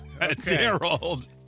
Daryl